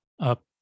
up